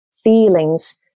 feelings